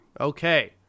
Okay